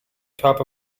top